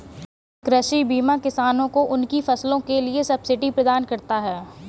कृषि बीमा किसानों को उनकी फसलों के लिए सब्सिडी प्रदान करता है